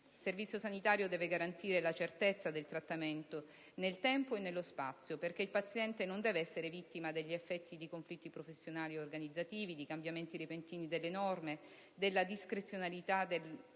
Il Servizio sanitario deve garantire la certezza del trattamento nel tempo e nello spazio, perché il paziente non deve essere vittima degli effetti di conflitti professionali e organizzativi, di cambiamenti repentini delle norme, della discrezionalità nella